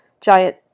giant